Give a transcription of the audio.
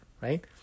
right